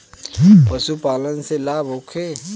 पशु पालन से लाभ होखे?